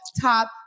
top